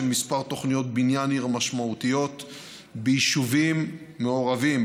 כמה תוכניות בניין עיר משמעותיות ביישובים מעורבים,